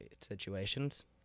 situations